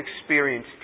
experience